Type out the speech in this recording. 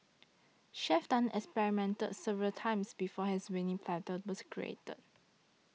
Chef Tan experimented several times before his winning platter was created